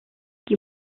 qui